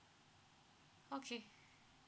okay